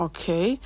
Okay